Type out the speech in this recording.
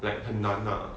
like 很难 lah